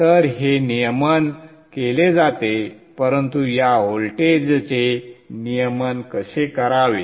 तर हे नियमन केले जाते परंतु या व्होल्टेजचे नियमन कसे करावे